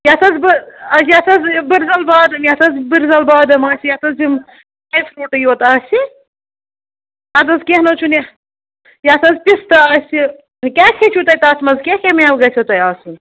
یَتھ حظ بہٕ یَتھ حظ بٕرزَل بادَم یَتھ حظ بٕرزَل بادَم آسہِ یَتھ حظ یِم ڈراے فرٛوٗٹٕے یوت آسہِ اَدٕ حظ کیٚنٛہہ نہٕ حظ چھُنہٕ یَتھ حظ پِستہٕ آسہِ کیٛاہ کیٛاہ چھُو تۄہہِ تَتھ منٛز کیٛاہ کیٛاہ میوٕ گژھوٕ تۄہہِ آسُن